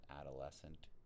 adolescent